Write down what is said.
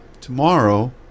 tomorrow